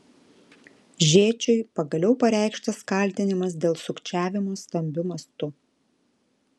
žėčiui pagaliau pareikštas kaltinimas dėl sukčiavimo stambiu mastu